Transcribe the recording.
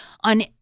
on